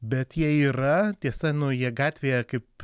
bet jie yra tiesa nu jie gatvėje kaip